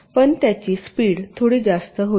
पण त्याची स्पीड थोडी जास्त होईल